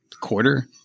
Quarter